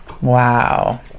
wow